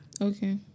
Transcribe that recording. Okay